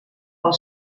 pel